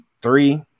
three